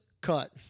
cut